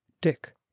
Dick